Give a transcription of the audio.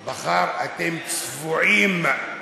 בחר: אתם צבועים.